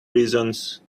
reasons